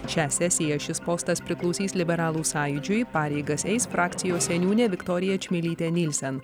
šią sesiją šis postas priklausys liberalų sąjūdžiui pareigas eis frakcijos seniūnė viktorija čmilytė nilsen